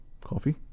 Coffee